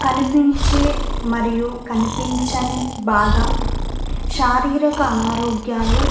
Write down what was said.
కనిపించే మరియు కనిపించని బాధ శారీరక అనారోగ్యాలు